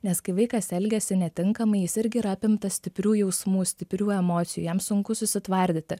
nes kai vaikas elgiasi netinkamai jis irgi yra apimtas stiprių jausmų stiprių emocijų jam sunku susitvardyti